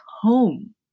home